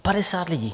Padesát lidí!